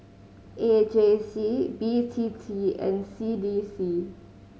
A J C B T T and C D C